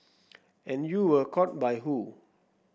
and you were caught by who